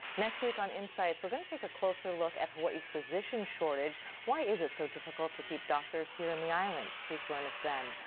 next week on insights, we're gonna take a closer look at hawai'i's physician shortage. why is it so difficult to keep doctors in the islands. please join us then.